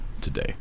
today